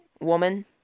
woman